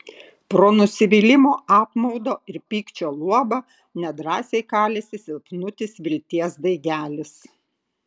pro nusivylimo apmaudo ir pykčio luobą nedrąsiai kalėsi silpnutis vilties daigelis